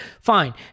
fine